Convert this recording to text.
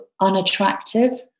unattractive